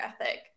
ethic